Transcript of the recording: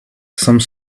some